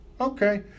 Okay